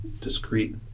discrete